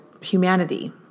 humanity